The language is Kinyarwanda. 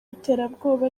iterabwoba